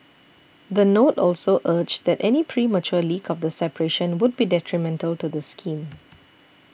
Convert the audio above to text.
the note also urged that any premature leak of the separation would be detrimental to the scheme